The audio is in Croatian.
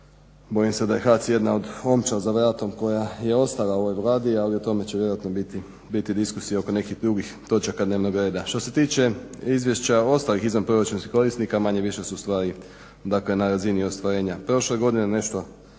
Bojim se da je HAC jedna od omča za vratom koja je ostala ovoj Vladi, ali o tome će vjerojatno biti diskusije oko nekih drugih točaka dnevnog reda. Što se tiče izvješća ostalih izvanproračunskih korisnika manje-više su stvari dakle na razini ostvarenja prošle godine, nešto